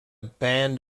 band